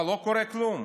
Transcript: אבל לא קורה כלום.